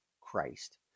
Christ